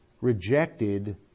rejected